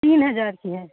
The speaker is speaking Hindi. तीन हज़ार की है